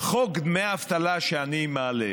חוק דמי אבטלה שאני מעלה